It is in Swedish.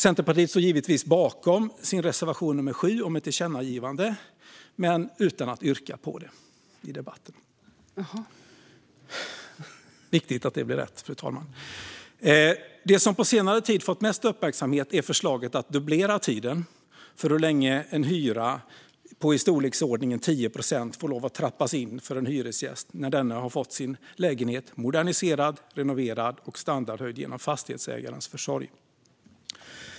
Centerpartiet står givetvis bakom sin reservation nummer 7 om ett tillkännagivande men yrkar inte bifall till den i debatten. Det är viktigt att detta blir rätt, fru talman! Det som på senare tid fått mest uppmärksamhet är förslaget att dubblera tiden för hur länge en hyreshöjning på i storleksordningen 10 procent får lov att trappas in för en hyresgäst när denna har fått sin lägenhet moderniserad, renoverad och standardhöjd genom fastighetsägarens försorg.